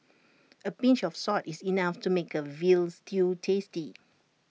A pinch of salt is enough to make A Veal Stew tasty